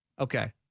Okay